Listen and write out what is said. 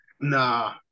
Nah